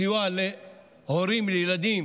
סיוע להורים לילדים